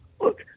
look